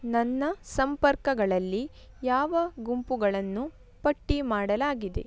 ನನ್ನ ಸಂಪರ್ಕಗಳಲ್ಲಿ ಯಾವ ಗುಂಪುಗಳನ್ನು ಪಟ್ಟಿ ಮಾಡಲಾಗಿದೆ